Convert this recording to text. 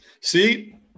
see